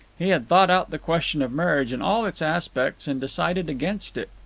he had thought out the question of marriage in all its aspects, and decided against it.